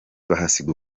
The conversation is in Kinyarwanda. bahasiga